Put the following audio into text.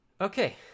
Okay